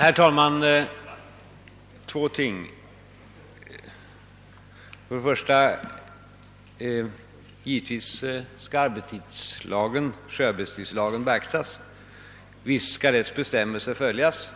Herr talman! Jag vill säga två ting. För det första skall givetvis sjöarbetstidslagens bestämmelser beaktas.